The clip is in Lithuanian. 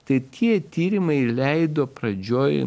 tai tie tyrimai leido pradžioj